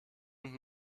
und